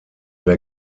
der